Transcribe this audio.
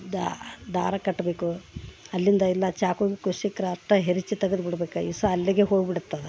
ದಾ ದಾರ ಕಟ್ಟಬೇಕು ಅಲ್ಲಿಂದ ಎಲ್ಲ ಚಾಕು ಗೀಕು ಸಿಕ್ಕರೆ ಅತ್ತಾ ಹೆರಿಚಿ ತೆಗದ್ಬಿಡ್ಬೇಕು ವಿಷ ಅಲ್ಲಿಗೆ ಹೋಗ್ಬಿಡುತ್ತದೆ